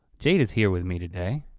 jade is here with me today.